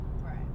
Right